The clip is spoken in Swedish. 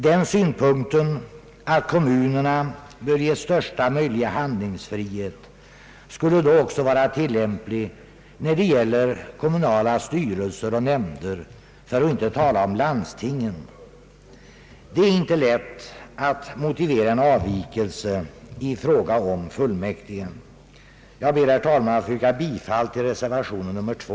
Den synpunkten att kommunerna bör ges största möjliga handlingsfrihet skulle då också vara tillämplig när det gäller kommunala styrelser och nämnder för att inte tala om landstingen. Det är inte lätt att motivera en avvikelse i fråga om fullmäktige. Herr talman! Jag ber att få yrka bifall tilll reservationen 2.